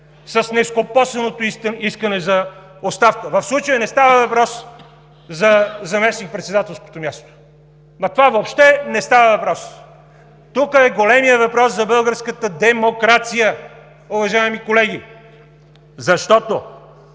с нескопосаното искане за оставка. В случая не става въпрос за заместник-председателското място. За това въобще не става въпрос. Тук е големият въпрос – за българската демокрация, уважаеми колеги, защото